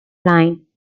line